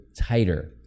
tighter